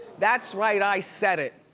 that's right i said it.